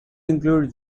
include